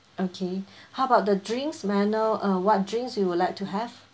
okay how about the drinks may I know uh what drinks you would like to have